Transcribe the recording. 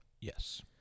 Yes